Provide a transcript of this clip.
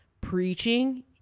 preaching